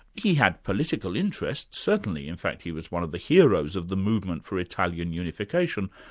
he had political interests, certainly, in fact he was one of the heroes of the movement for italian unification,